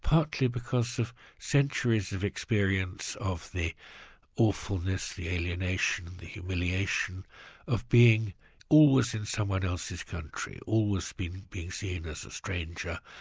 partly because of centuries of experience of the awfulness, the alienation, the humiliation of being always in someone else's country, always being being seen as a stranger,